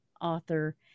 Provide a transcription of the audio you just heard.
author